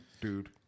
Dude